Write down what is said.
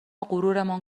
غرورمان